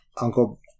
uncle